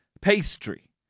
pastry